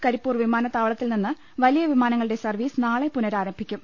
കരിപ്പൂർ വിമാനത്താവളത്തിൽ നിന്ന് വലിയ വിമാനങ്ങളുടെ സർവ്വീസ് നാളെ പുനരാരംഭിക്കും